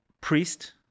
priest